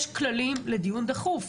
יש כללים לדיון דחוף,